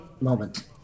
moment